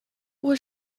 was